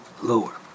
lower